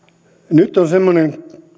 nyt on semmoinen